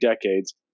decades